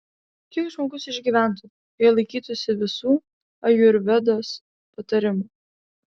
kiek žmogus išgyventų jei laikytųsi visų ajurvedos patarimų